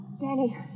Danny